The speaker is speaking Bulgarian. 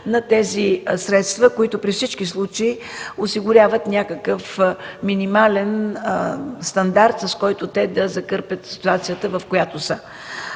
на тези средства, които при всички случаи осигуряват някакъв минимален стандарт, с който те да закърпят ситуацията, в която са.